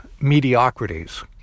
mediocrities